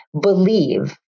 believe